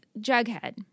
Jughead